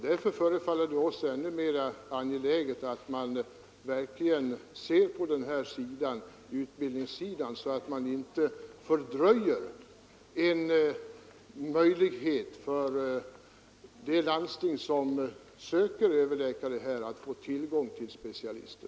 Därför förefaller det oss än mer angeläget att man verkligen ägnar sig åt utbildningsfrågan, så att inte de landsting som söker läkare med utbildning inom reumatologin måste i onödan vänta på att få tillgång till specialister.